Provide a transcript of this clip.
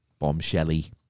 bombshelly